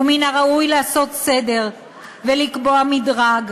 ומן הראוי לעשות סדר ולקבוע מדרג.